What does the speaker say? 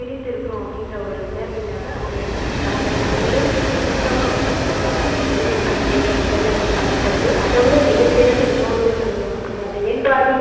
பிரிந்திருக்கிறோம் அப்படின்ற ஒரு உணர்வு இல்லாமல் அவங்கள ஈ அவுங்கள நம்மளோடய இணக்கமாக வைச்சுக்கிறதாது இந்த தொழில்நுட்பம் முன்னேற்றம் முதலில் வந்து பயன்படுது அதைவிட மிகச் சிறந்த இன்னொரு இது சொல்லணும் அப்படின்னா நான் என் வாழ்வில்